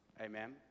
Amen